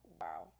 wow